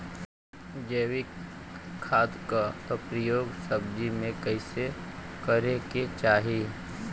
जैविक खाद क उपयोग सब्जी में कैसे करे के चाही?